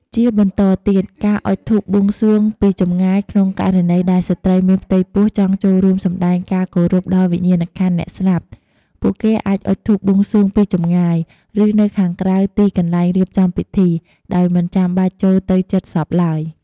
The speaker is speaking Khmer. ជាបន្តទៀតការអុជធូបបួងសួងពីចម្ងាយក្នុងករណីដែលស្ត្រីមានផ្ទៃពោះចង់ចូលរួមសម្តែងការគោរពដល់វិញ្ញាណក្ខន្ធអ្នកស្លាប់ ពួកគេអាចអុជធូបបួងសួងពីចម្ងាយ ឬនៅខាងក្រៅទីកន្លែងរៀបចំពិធី ដោយមិនចាំបាច់ចូលទៅជិតសពឡើយ។